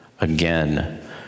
again